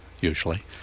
usually